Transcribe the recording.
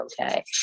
okay